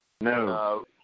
No